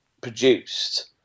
produced